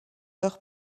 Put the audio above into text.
leur